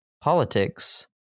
politics